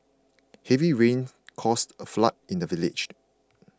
heavy rains caused a flood in the village